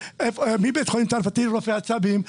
מבית חולים צרפתי לרופא עצבים,